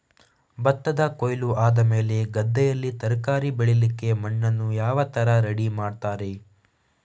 ಭತ್ತದ ಕೊಯ್ಲು ಆದಮೇಲೆ ಗದ್ದೆಯಲ್ಲಿ ತರಕಾರಿ ಬೆಳಿಲಿಕ್ಕೆ ಮಣ್ಣನ್ನು ಯಾವ ತರ ರೆಡಿ ಮಾಡ್ತಾರೆ?